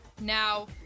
Now